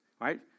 right